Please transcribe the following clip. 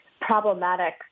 problematic